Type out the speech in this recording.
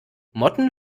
motten